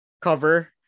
cover